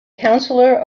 counselor